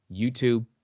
YouTube